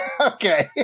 Okay